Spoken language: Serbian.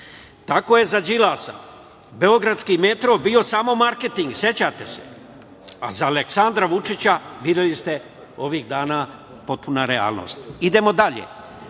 je za Đilasa beogradski metro bio samo marketing, sećate se, a za Aleksandra Vučića, videli ste ovih dana potpuna realnost. Tako je